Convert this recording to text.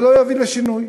לא יבוא שינוי.